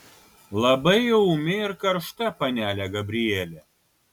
labai jau ūmi ir karšta panelė gabrielė